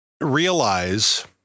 realize